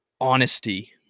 honesty